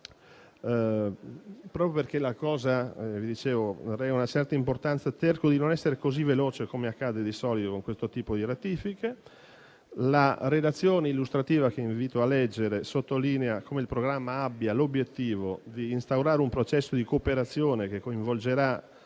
Proprio perché la cosa ha una certa importanza cerco di non essere così veloce come accade di solito con questo tipo di ratifiche. La relazione illustrativa, che invito a leggere, sottolinea come il programma abbia l'obiettivo di instaurare un processo di cooperazione che coinvolgerà,